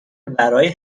ورای